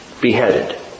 Beheaded